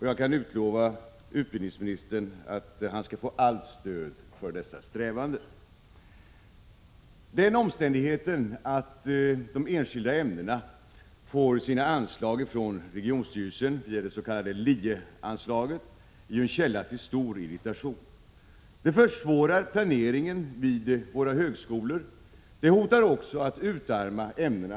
Jag kan utlova utbildningsministern allt stöd i dessa strävanden. Att de enskilda ämnena får sina anslag från regionstyrelsen — det gäller det s.k. LIE-anslaget — är ju en källa till stor irritation. Det försvårar planeringen vid våra högskolor. Det hotar också att utarma ämnena.